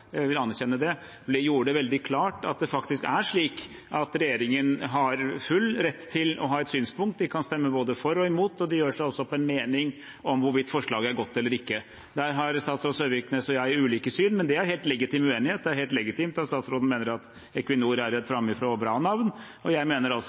jeg vil anerkjenne det – og gjorde det veldig klart at det faktisk er slik at regjeringen har full rett til å ha et synspunkt. De kan stemme både for og imot, og de gjør seg opp en mening om forslaget er godt eller ikke. Der har statsråd Søviknes og jeg ulike syn, men det er en helt legitim uenighet. Det er helt legitimt at statsråden mener at Equinor er